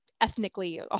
ethnically